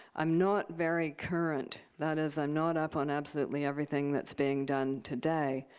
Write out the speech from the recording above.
i'm not very current, that is, i'm not up on absolutely everything that's being done today.